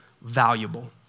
valuable